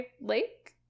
Lake